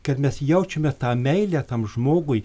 kad mes jaučiame tą meilę tam žmogui